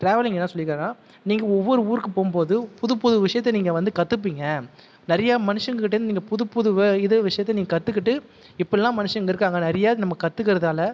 travelling என்ன சொல்லிருக்காருன்னா நீங்கள் ஒவ்வொரு ஊருக்கு போகும்போது புதுப்புது விஷயத்தை நீங்கள் வந்து கற்றுப்பீங்க நிறையா மனுஷங்க கிட்டேருந்து நீங்கள் புதுப்புது இத விஷயத்தை நீங்கள் கற்றுக்குட்டு இப்பிடிலாம் மனுஷங்க இருக்காங்க நிறையா நம்ம கற்றுக்கறதால